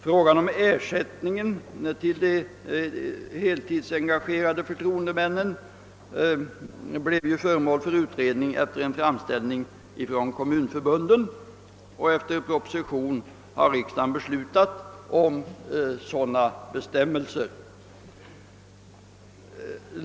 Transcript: Frågan om ersättningen till de heltidsengagerade förtroendemännen blev föremål för utredning efter en framställning från kommunförbunden, och i enlighet med en proposition har riksdagen fattat beslut om bestämmelser för ersättningen.